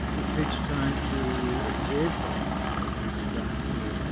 it takes time to absorb that, you know, it takes time to,